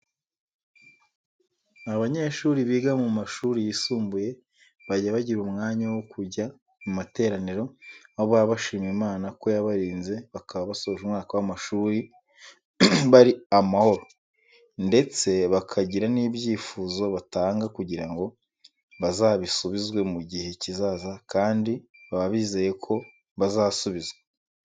Abanyeshuri biga mu mashuri yisumbuye bajya bagira umwanya wo kujya mu materaniro, aho baba bashima imana ko yabarinze bakaba basoje umwaka w'amashuri bari amahoro ndetse bakagira n'ibyifuzo batanga kugira ngo bazabisubizwe mu gihe kizaza kandi baba bizeye ko bizasubizwa.